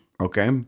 Okay